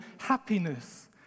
happiness